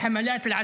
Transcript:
מה הוא אומר?